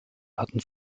hatten